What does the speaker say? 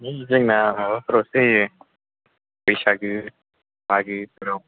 है जोंना माबाफोरावसो जायो बैसागो मागोफोराव